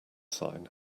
sign